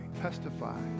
testify